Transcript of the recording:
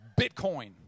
Bitcoin